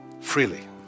Freely